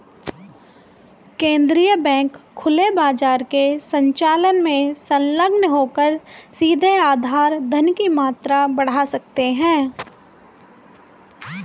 केंद्रीय बैंक खुले बाजार के संचालन में संलग्न होकर सीधे आधार धन की मात्रा बढ़ा सकते हैं